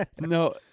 No